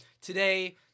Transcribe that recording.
today